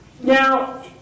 Now